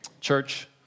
Church